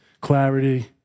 Clarity